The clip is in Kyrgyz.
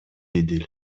эдил